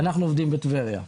אנחנו עובדים בטבריה.